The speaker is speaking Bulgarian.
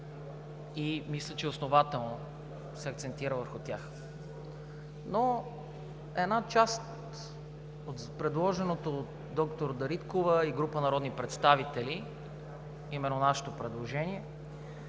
и мисля, че основателно се акцентира върху тях. Една част от предложеното от доктор Дариткова и група народни представители, а именно нашето предложение,